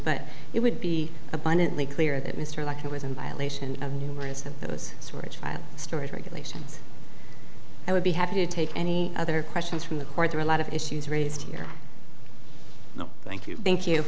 but it would be abundantly clear that mr like it was in violation of numerous of those sorts of stories regulations i would be happy to take any other questions from the court there are a lot of issues raised here no thank you thank you